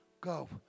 go